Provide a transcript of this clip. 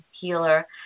healer